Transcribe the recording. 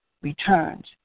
returns